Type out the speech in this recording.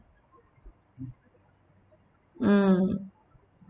mm